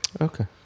Okay